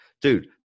Dude